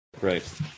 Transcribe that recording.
Right